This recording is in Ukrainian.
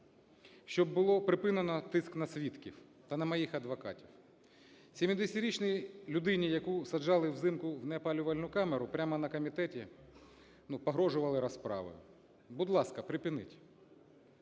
щоб було припинено тиск на свідків та на моїх адвокатів. Сімдесятирічній людині, яку саджали взимку в неопалювальну камеру, прямо на комітеті, ну, погрожували розправою. Будь ласка, припиніть.